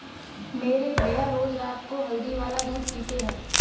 मेरे भैया रोज रात को हल्दी वाला दूध पीते हैं